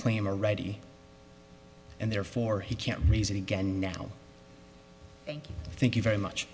claim are ready and therefore he can't raise it again now thank you very much